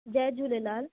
Jay Jhulelal